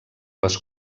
les